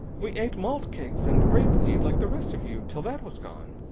we ate malt cakes and rapeseed like the rest of you till that was gone.